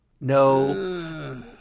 no